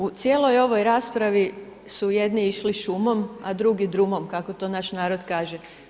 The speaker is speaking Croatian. U cijeloj ovoj raspravi su jedni išli šumom, a drugi drumom, kako to naš narod kaže.